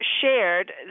shared